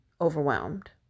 overwhelmed